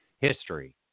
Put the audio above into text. history